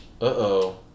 Uh-oh